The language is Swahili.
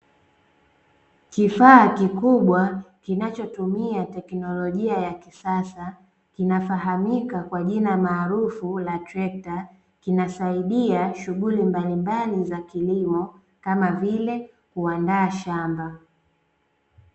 Kifaa kikubwa kinachotumia tekinolojia ya kisasa kinafahamika kwa jina maarufu la trekta, kinasaidia shughuli mbalimbali za kilimo kama vile kuandaa shamba.